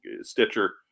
Stitcher